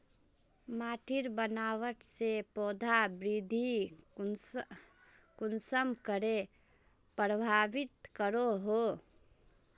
माटिर बनावट से पौधा वृद्धि कुसम करे प्रभावित करो हो?